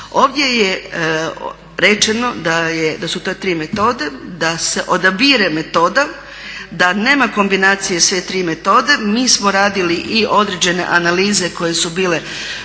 Ovdje je rečeno da su to tri metode, da se odabire metoda, da nema kombinacije sve tri metode. Mi smo radili i određene analize koje su bile